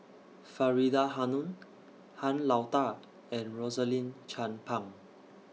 Faridah Hanum Han Lao DA and Rosaline Chan Pang